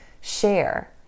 share